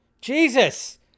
jesus